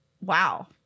Wow